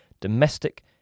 domestic